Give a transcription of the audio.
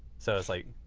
so, it's like,